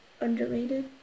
Underrated